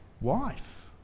wife